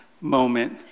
moment